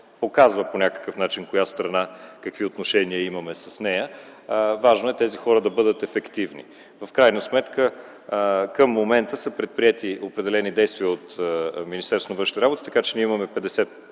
показа по някакъв начин с коя страна какви отношения имаме, важно е тези хора да бъдат ефективни. В крайна сметка, към момента са предприети определени действия от Министерство на